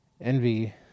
envy